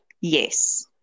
Yes